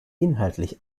inhaltlich